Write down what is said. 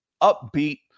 upbeat